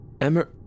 Emmer-